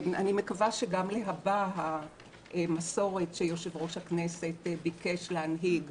אני מקווה שגם להבא המסורת שיושב-ראש הכנסת ביקש להנהיג,